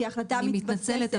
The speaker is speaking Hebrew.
כי ההחלטה --- אני מתנצלת,